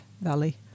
Valley